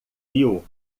viu